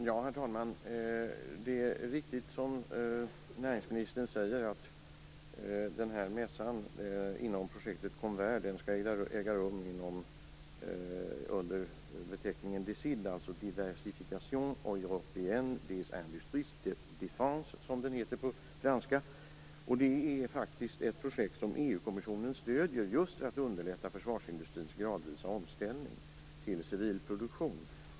Herr talman! Det är riktigt som näringsministern säger att mässan inom projektet Konver skall äga rum under beteckningen DECIDE, dvs. Diversification Européenne des Industries de Defence. Det är ett projekt som EU stöder just för att underlätta för försvarsindustrins gradvisa omställning till civil produktion.